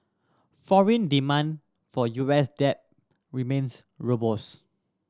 foreign demand for U S debt remains robust